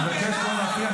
אני מבקש לא להפריע.